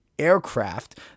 Aircraft